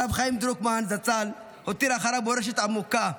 הרב חיים דרוקמן זצ"ל הותיר אחריו מורשת עמוקה,